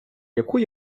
яку